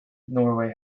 norway